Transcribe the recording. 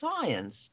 science